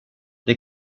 det